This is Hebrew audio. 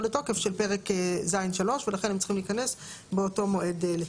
לתוקף של פרק ז'3 ולכן הם צריכים להיכנס באותו מועד לתוקף.